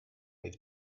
with